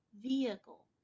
vehicle